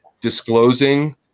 disclosing